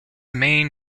main